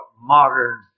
modern